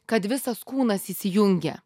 kad visas kūnas įsijungia